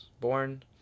born